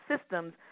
systems